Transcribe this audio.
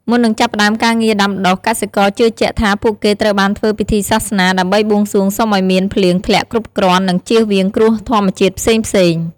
មុននឹងចាប់ផ្តើមការងារដាំដុះ កសិករជឿជាក់ថាពួកគេត្រូវតែធ្វើពិធីសាសនា ដើម្បីបួងសួងសុំឱ្យមានភ្លៀងធ្លាក់គ្រប់គ្រាន់ និងជៀសវាងគ្រោះធម្មជាតិផ្សេងៗ។